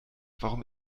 warum